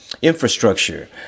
infrastructure